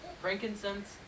frankincense